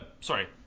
sorry